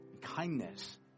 kindness